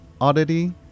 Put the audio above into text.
oddity